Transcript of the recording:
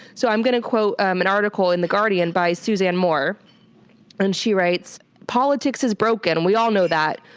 so i'm gonna quote um an article in the guardian by suzanne moore and she writes, politics is broken, we all know that.